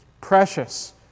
precious